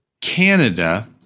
Canada